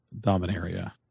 Dominaria